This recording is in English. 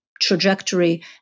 trajectory